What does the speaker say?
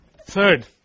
Third